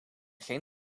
geen